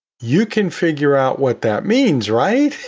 you can figure out what that means right?